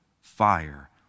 fire